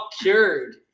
Cured